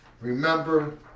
remember